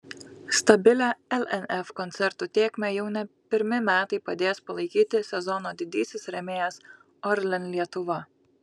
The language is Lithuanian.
stabilią lnf koncertų tėkmę jau ne pirmi metai padės palaikyti sezono didysis rėmėjas orlen lietuva